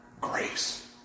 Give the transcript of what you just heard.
grace